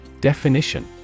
Definition